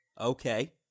Okay